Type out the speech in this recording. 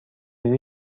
ریزی